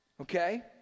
okay